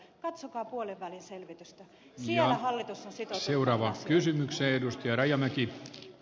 katsokaa puolenvälin selvitystä siellä hallitus on sitoutunut tähän asiaan